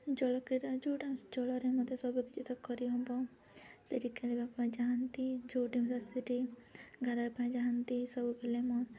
ଜଳକ୍ରୀଡ଼ା ଯେଉଁଟା ଜଳରେ ମଧ୍ୟ ସବୁ କିିଛି ତ କରିହେବ ସେଇଠି ଖେଳିବା ପାଇଁ ଯାହାନ୍ତି ଯେଉଁଠି ମଧ୍ୟ ସେଇଠି ଗାଧୋଇବା ପାଇଁ ଯାଆନ୍ତି ସବୁବେଳେ ମୁଁ